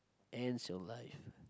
ends your life